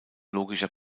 logischer